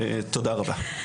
תודה רבה.